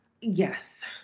Yes